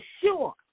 sure